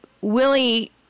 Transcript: Willie